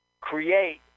create